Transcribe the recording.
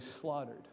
slaughtered